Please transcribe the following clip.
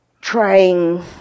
trying